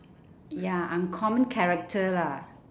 ya uncommon character lah